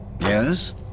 Yes